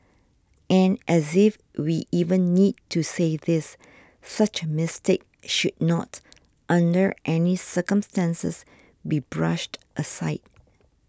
and as if we even need to say this such a mistake should not under any circumstances be brushed aside